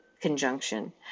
conjunction